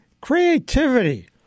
creativity